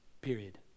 period